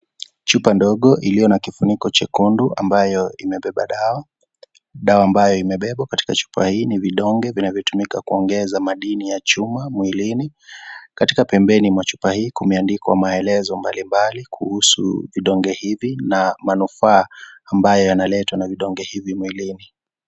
Chupa ndogo iliyo na kifuniko jekundu ambayo imebeba dawa, dawa ambayo imebebwa katika chupa hii ni vidonge vinavyotumika kuongeza madini ya chuma mwilini . Katika pempemi machupa hii imeandikwa maelezo mbalimbali kuhusu vidonge hivi na manufaa ambayo yanaletwa na vidonge hivi mwilini.